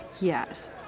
Yes